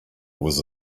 was